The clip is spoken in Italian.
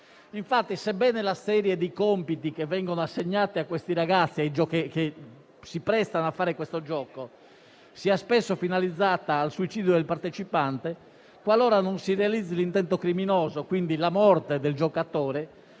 Infatti, sebbene i compiti assegnati ai ragazzi che si prestano a fare questo gioco siano spesso finalizzati al suicidio del partecipante, qualora non si realizzi l'intento criminoso (ossia la morte del giocatore)